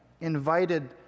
invited